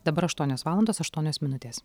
dabar aštuonios valandos aštuonios minutės